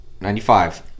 95